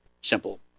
simple